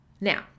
Now